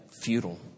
futile